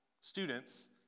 students